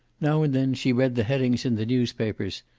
now and then she read the headings in the newspapers,